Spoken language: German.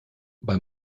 bei